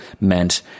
meant